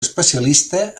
especialista